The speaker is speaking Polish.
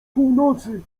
północy